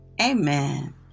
Amen